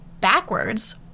backwards